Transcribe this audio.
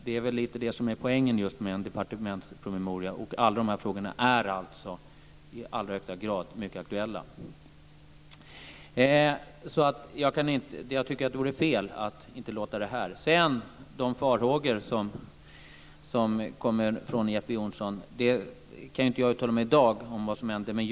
Det är väl lite det som är poängen med en departementspromemoria, och alla de här frågorna är alltså i allra högsta grad mycket aktuella. Jag tycker att det vore fel att inte invänta det här. Beträffande de farhågor som kommer från Jeppe Johnsson kan jag inte uttala mig om vad som händer i dag.